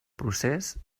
procés